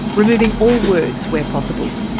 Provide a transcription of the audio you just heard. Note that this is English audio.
removing all words where possible.